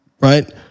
right